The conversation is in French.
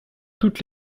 toutes